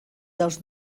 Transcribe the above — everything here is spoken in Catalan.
dels